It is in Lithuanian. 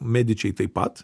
medičiai taip pat